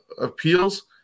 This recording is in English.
appeals